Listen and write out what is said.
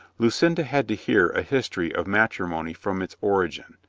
lucinda had to hear a history of matrimony from its origin,